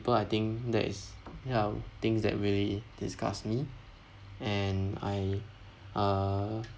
I think that is yeah things that really disgusts me and I err